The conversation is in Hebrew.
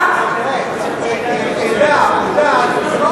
עדה ודת זה לא בחירה.